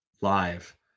live